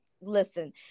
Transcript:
listen